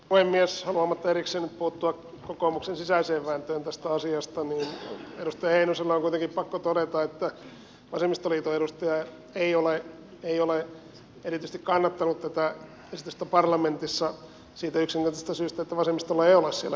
haluamatta erikseen nyt puuttua kokoomuksen sisäiseen vääntöön tästä asiasta edustaja heinoselle on kuitenkin pakko todeta että vasemmistoliiton edustaja ei ole erityisesti kannattanut tätä esitystä parlamentissa siitä yksinkertaisesta syystä että vasemmistolla ei ole siellä edustajaa